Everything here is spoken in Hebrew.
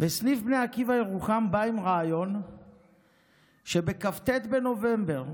וסניף בני עקיבא ירוחם בא עם רעיון שכ"ט בנובמבר,